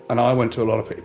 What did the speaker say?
and i went to a lot of people.